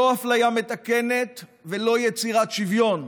לא אפליה מתקנת ולא יצירת שוויון.